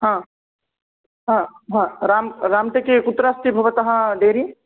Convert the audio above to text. हा हा हा रां राम्टेके कुत्रास्ति भवतः डेरी